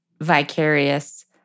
vicarious